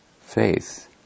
faith